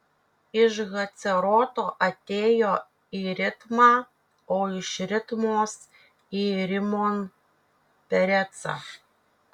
iš haceroto atėjo į ritmą o iš ritmos į rimon perecą